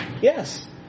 Yes